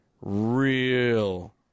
real